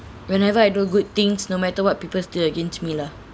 whenever I do good things no matter what people still against to me lah